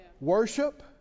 Worship